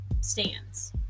stands